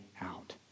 out